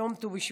יום ט"ו בשבט,